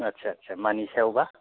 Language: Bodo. आथसासा मानि सायावबा